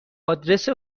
آدرس